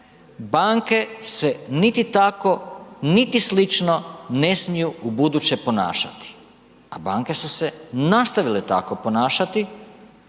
banke se niti tako, niti slično ne smiju ubuduće ponašati, a banke su se nastavile tako ponašati